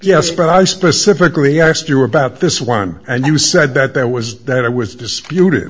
yes but i specifically asked you about this one and you said that there was that i was disputed